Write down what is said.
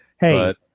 Hey